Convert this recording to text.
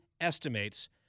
estimates